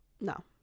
No